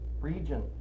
region